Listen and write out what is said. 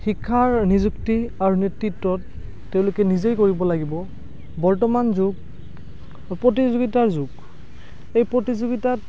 শিক্ষাৰ নিযুক্তি আৰু নেতৃত্বত তেওঁলোকে নিজেই কৰিব লাগিব বৰ্তমান যুগ প্ৰতিযোগিতাৰ যুগ এই প্ৰতিযোগিতাত